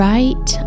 Right